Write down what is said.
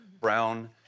brown